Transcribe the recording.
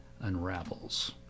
unravels